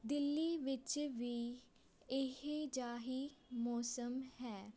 ਦਿੱਲੀ ਵਿੱਚ ਵੀ ਇਹ ਜਾ ਹੀ ਮੌਸਮ ਹੈ